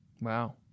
Wow